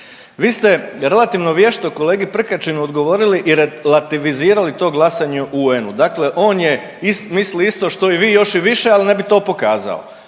Vi ste relativno vješto kolegi Prkačinu odgovorili i relativizirali to glasanje u UN-u. Dakle, on je misli isto što i vi još više, ali ne bi to pokazao,